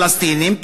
פלסטינים,